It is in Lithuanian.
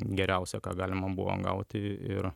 geriausia ką galima buvo gauti ir